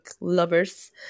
lovers